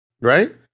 right